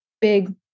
big